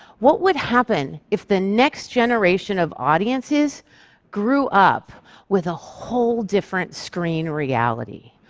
what would happen if the next generation of audiences grew up with a whole different screen reality?